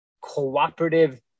cooperative